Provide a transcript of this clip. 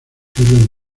hilos